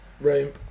Right